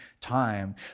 time